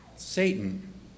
Satan